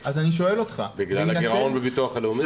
בגלל הגירעון בביטוח הלאומי?